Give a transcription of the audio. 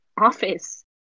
office